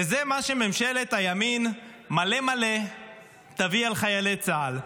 וזה מה שממשלת הימין מלא מלא תביא על חיילי צה"ל.